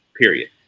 period